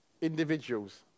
individuals